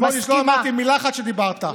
סמוטריץ', לא אמרתי מילה אחת כשדיברת.